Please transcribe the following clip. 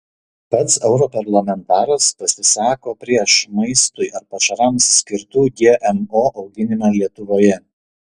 pats europarlamentaras pasisako prieš maistui ar pašarams skirtų gmo auginimą lietuvoje